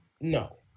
No